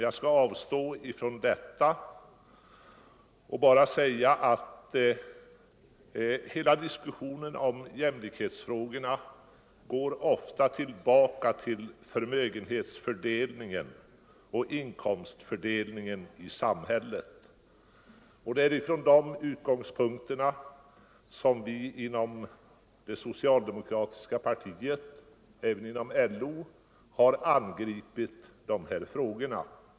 Jag skall avstå från detta och bara säga att hela diskussionen om jämlikhetsfrågorna ofta går tillbaka till förmögenhetsfördelningen och inkomstfördelningen i samhället. Det är från de utgångspunkterna som vi inom det socialdemokratiska partiet — även inom LO — har angripit dessa frågor.